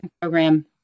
Program